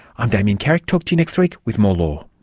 i'm damien carrick, talk to you next week with more law